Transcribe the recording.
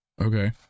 okay